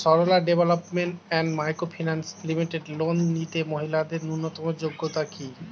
Sarala development and micro finance limited loan নিতে মহিলাদের ন্যূনতম যোগ্যতা কী?